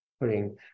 putting